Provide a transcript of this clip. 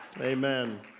Amen